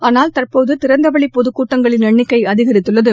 ஆனால் தற்போது திறந்தவெளி பொதுக்கூட்டங்களின் என்ணிக்கை அதிகரித்துள்ளது